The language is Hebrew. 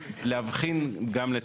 יש אפשרות משפטית?